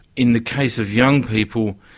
in the case of young people,